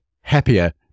happier